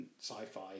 sci-fi